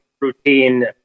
routine